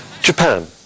Japan